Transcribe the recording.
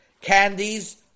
candies